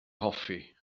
hoffi